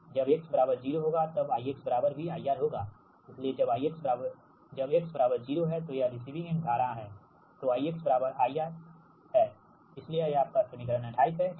जब x 0 होगा तब I बराबर भी IR होगा इसलिए जब x 0 है तो यह रिसीविंग एंड धारा है तो I IR इसलिए यह आपका समीकरण 28 है ठीक